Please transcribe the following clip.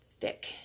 thick